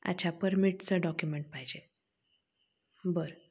अच्छा परमिटचं डॉक्युमेंट पाहिजे बरं